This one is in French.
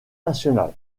nationale